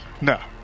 No